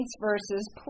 versus